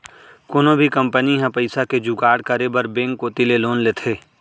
कोनो भी कंपनी ह पइसा के जुगाड़ करे बर बेंक कोती ले लोन लेथे